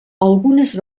algunes